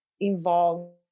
involved